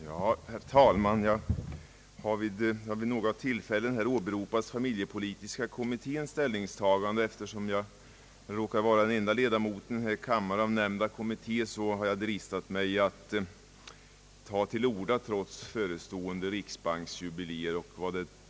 Herr talman! Här har vid några tillfällen åberopats familjepolitiska kommittens ställningstagande. Eftersom jag råkar vara den ende ledamoten i kammaren av nämnda kommitté har jag dristat mig att ta till orda trots förestående riksbanksjubileum och annat.